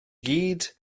gyd